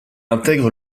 intègre